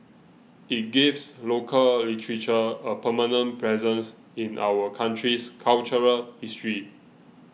it gives local literature a permanent presence in our country's cultural history